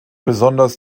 besonders